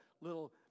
little